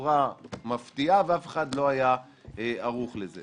בצורה מפתיעה ואף אחד לא היה ערוך לזה.